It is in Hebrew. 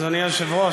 אדוני היושב-ראש,